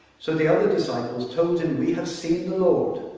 so the other disciples told him, we have seen the lord,